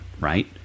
right